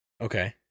Okay